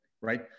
right